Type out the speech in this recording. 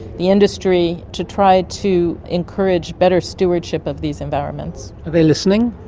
the industry, to try to encourage better stewardship of these environments. are they listening?